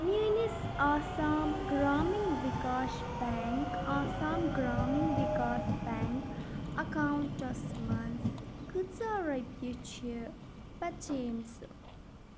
میٲنِس Assam Gramin Vikash bank Assam Gramin Vikash bank accounts منٛز کۭژاہ رۄپیہِ چھِ بچے مٕژٕ